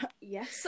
Yes